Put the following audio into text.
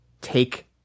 take